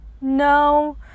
No